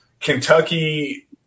Kentucky